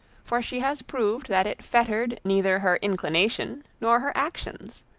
for she has proved that it fettered neither her inclination nor her actions.